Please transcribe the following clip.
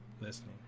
listening